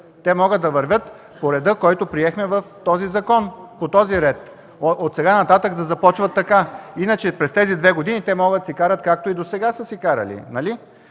Те могат да вървят по реда, който приехме в този закон, по този ред. Отсега нататък да започват така, иначе през тези две години те могат да си карат, както и досега са си карали,